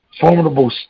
formidable